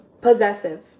possessive